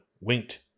winked